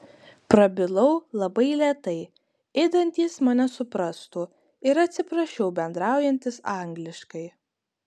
prabilau labai lėtai idant jis mane suprastų ir atsiprašiau bendraujantis angliškai